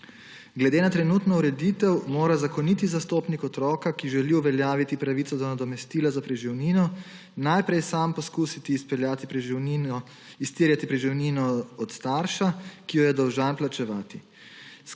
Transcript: Glede na trenutno ureditev mora zakoniti zastopnik otroka, ki želi uveljaviti pravico do nadomestila za preživnino, najprej sam poskusiti izterjati preživnino od starša, ki jo je dolžan plačevati.